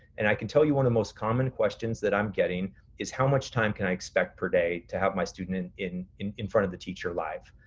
and i can tell you one of the most common questions that i'm getting is how much time can i expect per day to have my student in in front of the teacher live?